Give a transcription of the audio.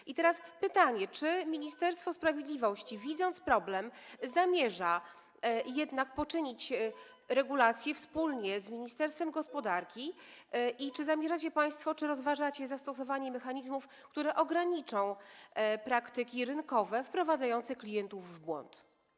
I teraz pytanie: Czy Ministerstwo Sprawiedliwości, widząc problem, zamierza jednak przedstawić regulacje w tym zakresie wspólnie z Ministerstwem Gospodarki i czy zamierzacie państwo - czy rozważacie to - zastosować mechanizmy, które ograniczą praktyki rynkowe wprowadzające klientów w błąd?